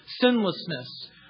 sinlessness